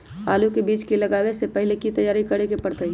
आलू के बीज के लगाबे से पहिले की की तैयारी करे के परतई?